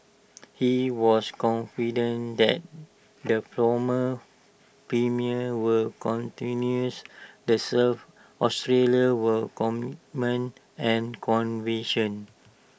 he was confident that the former premier will continues the serve Australia will comment and conviction